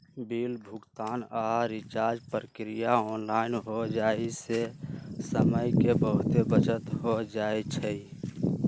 bill भुगतान आऽ recharge प्रक्रिया ऑनलाइन हो जाय से समय के बहुते बचत हो जाइ छइ